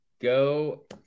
go